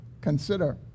consider